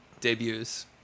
debuts